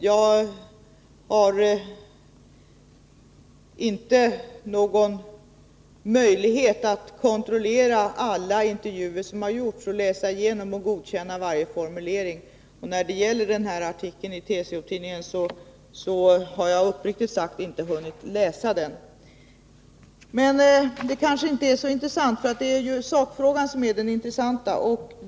Jag har inte någon möjlighet att kontrollera alla intervjuer som görs eller läsa igenom och godkänna varje formulering. Artikeln i TCO-Tidningen har jag uppriktigt sagt inte hunnit läsa. Men det är ju inte detta utan sakfrågan som är det intressanta.